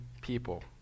people